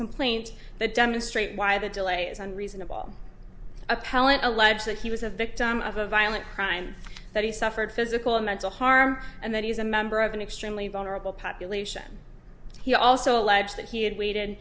complaint that demonstrate why the delay isn't reasonable appellant allege that he was a victim of a violent crime that he suffered physical and mental harm and that he's a member of an extremely vulnerable population he also alleged that he had waited